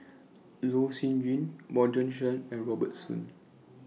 Loh Sin Yun Bjorn Shen and Robert Soon